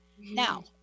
Now